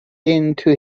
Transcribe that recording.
into